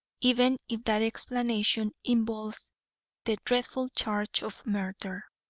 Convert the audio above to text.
even if that explanation involves the dreadful charge of murder.